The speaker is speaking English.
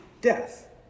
death